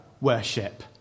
worship